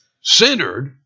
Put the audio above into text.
centered